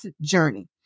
journey